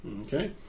Okay